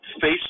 face